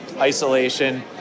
isolation